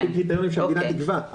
לפי קריטריונים שהמדינה תקבע.